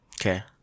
Okay